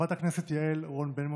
חברת הכנסת יעל רון בן משה,